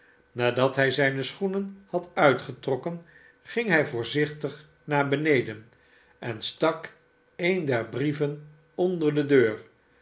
nadat hi zijne schoenen had uitgetrokken ging hij voorzichtig naar beneden en stak een der brieven onder de deur